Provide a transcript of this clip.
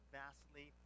vastly